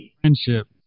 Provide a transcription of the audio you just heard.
friendship